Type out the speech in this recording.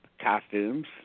costumes